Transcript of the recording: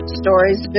stories